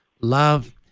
love